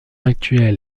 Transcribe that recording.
actuel